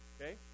Okay